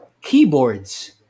keyboards